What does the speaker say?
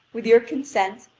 with your consent,